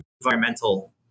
environmental